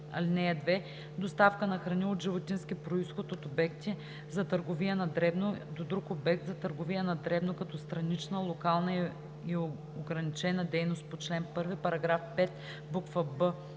храни. (2) Доставка на храни от животински произход от обекти за търговия на дребно до друг обект за търговия на дребно като странична, локална и ограничена дейност по чл. 1, параграф 5, буква